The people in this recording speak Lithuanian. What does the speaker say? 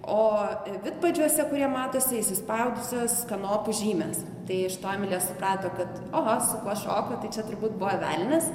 o vidpadžiuose kurie matosi įsispaudusios kanopų žymės tai iš to emilija suprato kad oho su kuo šokau tai čia turbūt buvo velnias